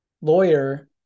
lawyer